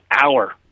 hour